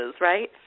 right